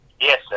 Yes